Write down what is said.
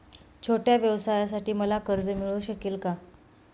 छोट्या व्यवसायासाठी मला कर्ज मिळू शकेल का?